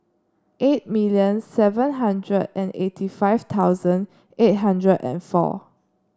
eight million seven hundred and eighty five thousand eight hundred and four